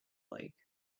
lake